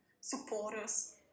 supporters